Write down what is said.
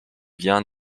vient